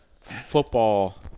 football